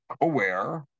aware